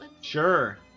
Sure